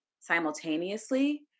simultaneously